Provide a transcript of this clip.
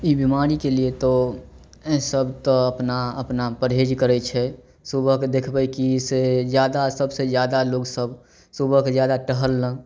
ई बिमारी के लिए तो सब तऽ अपना अपना परहेज करै छै सुबह के देखबै कि से जादा सबसे ज्यादा लोग सब सुबह के जादा टहललक